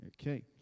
Okay